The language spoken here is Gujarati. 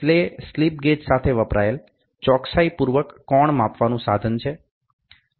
તે સ્લિપ ગેજ સાથે વપરાયેલ ચોકસાઇ પૂર્વક કોણ માપવાનું સાધન છે